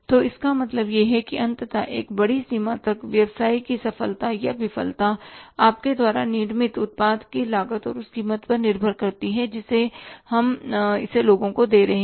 तो इसका मतलब यह है कि अंततः एक बड़ी सीमा तक व्यवसाय की सफलता या विफलता आपके द्वारा निर्मित उत्पाद की लागत और उस कीमत पर निर्भर करती है जिस पर हम इसे लोगों को दे रहे हैं